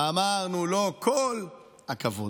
אמרנו לו: כל הכבוד.